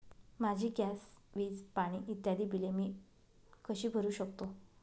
माझी गॅस, वीज, पाणी इत्यादि बिले मी कशी भरु शकतो?